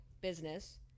business